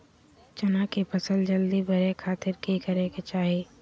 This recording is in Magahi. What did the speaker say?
चना की फसल जल्दी बड़े खातिर की करे के चाही?